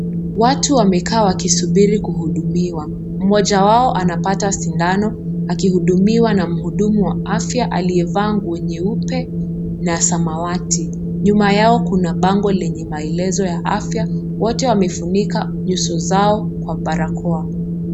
Watu wamekaa wakisubiri kuhudumiwa. Mmoja wao anapata sindano akihudumiwa na mhudumu wa afya aliyevaa nguo nyeupe na samawati. Nyuma yao kuna bango lenye maelezo ya afya. Wote wamefunika nyuso zao kwa barakoa.